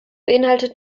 beinhaltet